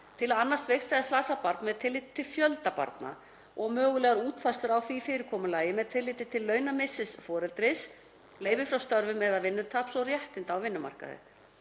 til að annast veikt eða slasað barn með tilliti til fjölda barna og mögulegar útfærslur á því fyrirkomulagi með tilliti til launamissis foreldris, leyfis frá störfum eða vinnutaps og réttinda á vinnumarkaði.